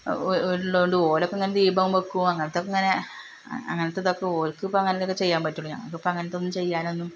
ഓലുള്ളോണ്ട് ഓലൊക്കെ ഇങ്ങനെ ദീപം വയ്ക്കും അങ്ങനെത്തെയൊക്കെ ഇങ്ങനെ അങ്ങനെത്തേതൊക്കെ ഓൽക്ക് ഇപ്പോൾ അങ്ങനെത്തേതൊക്കെ ചെയ്യാൻ പറ്റുളളൂ ഞങ്ങൾക്ക് ഇപ്പോൾ അങ്ങനെത്തെയൊന്നും ചെയ്യാനും